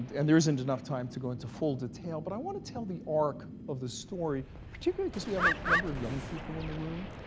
and there isn't enough time to go into full detail. but i want to tell the arc of the story, particularly because we have a number of young people in the room,